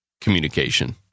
communication